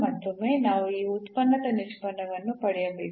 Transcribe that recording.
ಮತ್ತೊಮ್ಮೆ ನಾವು ಈ ಉತ್ಪನ್ನದ ನಿಷ್ಪನ್ನವನ್ನು ಪಡೆಯಬೇಕು